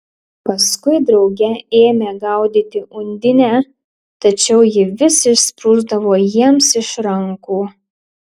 paskui drauge ėmė gaudyti undinę tačiau ji vis išsprūsdavo jiems iš rankų